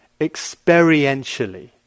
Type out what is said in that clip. experientially